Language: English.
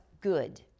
good